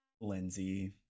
Lindsay